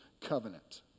covenant